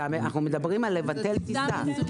אנחנו מדברים על ביטול טיסה.